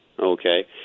Okay